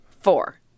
Four